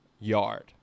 yard